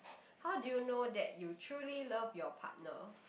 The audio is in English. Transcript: how do you know that you truly love your partner